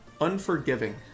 unforgiving